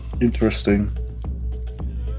Interesting